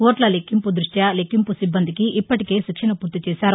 ఓట్ల లెక్కింపు దృష్ట్యా లెక్కింపు సిబ్బందికి ఇప్పటికే శిక్షణ పూర్తి చేశారు